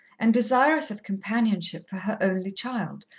and desirous of companionship for her only child,